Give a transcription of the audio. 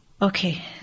Okay